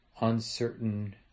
uncertain